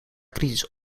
kritisch